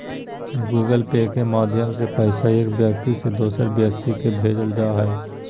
Google Pay के माध्यम से पैसा एक व्यक्ति से दोसर व्यक्ति के भेजल जा हय